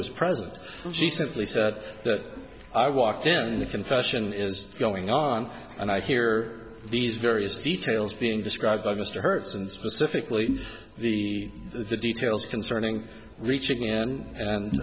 was present she simply said that i walked in the confession is going on and i hear these various details being described by mr hertz and specifically the details concerning reaching i